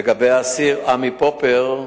לגבי האסיר עמי פופר,